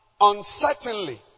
uncertainly